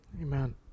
amen